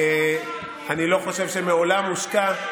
אני לא חושב שמעולם הושקע,